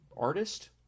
artist